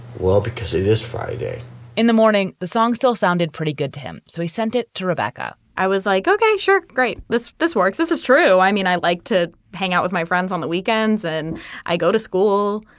well, because this friday in the morning, the song still sounded pretty good to him so he sent it to rebecca i was like, ok, sure, great. this this works. this is true. i mean, i like to hang out with my friends on the weekends and i go to school.